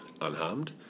unharmed